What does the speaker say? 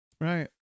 Right